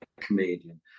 comedian